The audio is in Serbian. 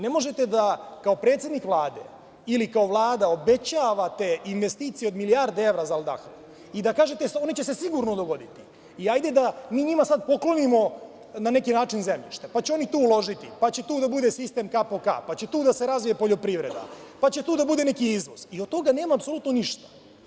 Ne možete kao predsednik Vlade ili kao Vlada da obećavate investicije od milijardu evra za „Albahru“ i da kažete – one će se sigurno dogoditi, i hajde da mi njima sada poklonimo na neki način zemljište, pa će oni to uložiti, pa će tu da bude sistem kap po kap, pa će tu da se razvije poljoprivreda, pa će tu da bude neki izvoz, i od toga nema apsolutno ništa.